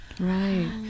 right